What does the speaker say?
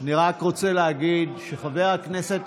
אני רק רוצה להגיד שחבר הכנסת,